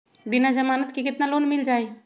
बिना जमानत के केतना लोन मिल जाइ?